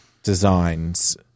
designs